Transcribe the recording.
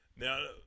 Now